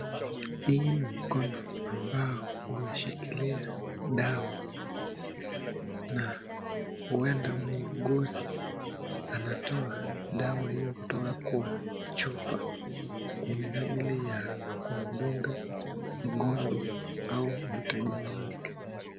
Hii ni mkono ambao umeshikilia dawa. Na huenda muuguzi anatoa dawa hio kutoka kwa chupa. Kwa minajili ya kumdunga mgonjwa au mteja wake.